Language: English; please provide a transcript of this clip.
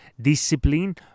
discipline